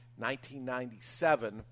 1997